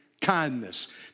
kindness